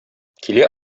килә